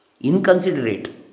inconsiderate